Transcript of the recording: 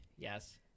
Yes